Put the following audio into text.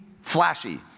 flashy